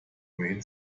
brain